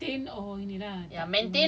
ya tak turun lah basically